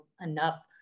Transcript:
enough